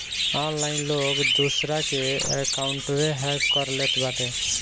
online लोग दूसरा के अकाउंटवे हैक कर लेत बाटे